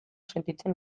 sentitzen